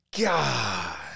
God